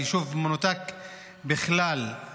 היישוב מנותק בכלל,